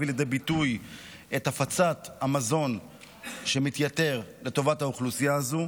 לידי ביטוי את הפצת המזון שמתייתר לטובת האוכלוסייה הזו.